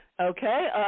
Okay